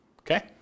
okay